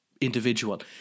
individual